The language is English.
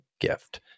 gift